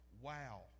Wow